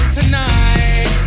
tonight